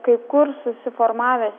kai kur susiformavęs